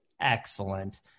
excellent